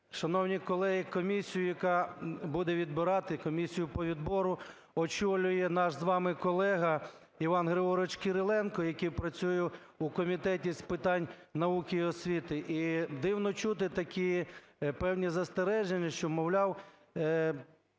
шановні колеги, комісію, яка буде відбирати, комісію по відбору очолює наш з вами колега Іван Григорович Кириленко, який працює в Комітеті з питань науки і освіти. І дивно чути такі певні застереження, що, мовляв,